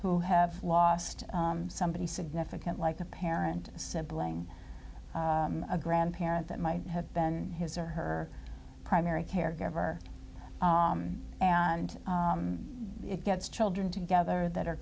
who have lost somebody significant like a parent sibling a grandparent that might have been his or her primary caregiver and it gets children together that are